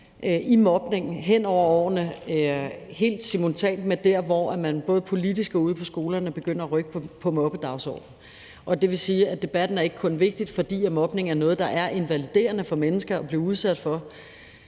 i mobningen hen over årene helt simultant med der, hvor man både politisk og ude på skolerne begynder at rykke på mobbedagsordenen. Det vil sige, at debatten ikke kun er vigtig, fordi mobning er noget, der er invaliderende for mennesker at blive udsat for.